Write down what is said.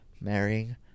marrying